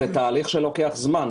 זה תהליך שלוקח זמן.